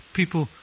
people